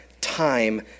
time